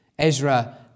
Ezra